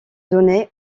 donné